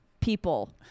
people